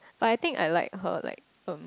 but I think I like her like um